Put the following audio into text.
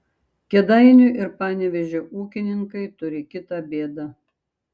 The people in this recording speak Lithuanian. kėdainių ir panevėžio ūkininkai turi kitą bėdą